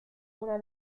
una